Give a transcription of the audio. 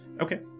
Okay